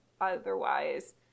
otherwise